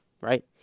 right